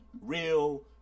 real